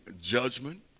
judgment